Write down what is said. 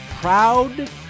proud